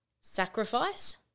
sacrifice